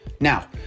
now